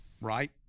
right